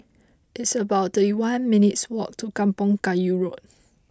it's about thirty one minutes' walk to Kampong Kayu Road